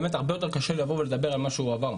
באמת הרבה יותר קשה לי לבוא ולדבר על מה שהוא עבר,